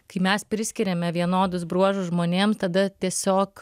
kai mes priskiriame vienodus bruožus žmonėm tada tiesiog